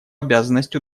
обязанность